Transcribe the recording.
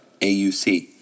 AUC